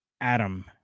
Adam